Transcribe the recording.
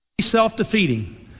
self-defeating